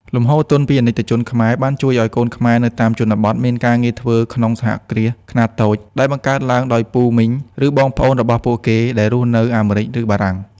លំហូរទុនពីអាណិកជនខ្មែរ បានជួយឱ្យកូនខ្មែរនៅតាមជនបទមានការងារធ្វើក្នុង "សហគ្រាសខ្នាតតូច" ដែលបង្កើតឡើងដោយពូ មីង ឬបងប្អូនរបស់ពួកគេដែលរស់នៅអាមេរិក ឬបារាំង។